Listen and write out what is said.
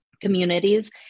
communities